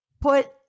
Put